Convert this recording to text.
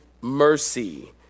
mercy